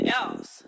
else